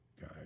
guy